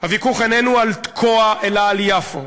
הוויכוח איננו על תקוע, אלא על יפו,